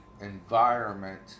environment